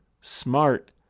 smart